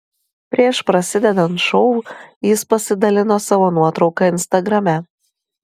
prieš prasidedant šou jis pasidalino savo nuotrauka instagrame